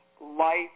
life